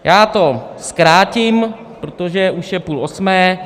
Já to zkrátím, protože už je půl osmé.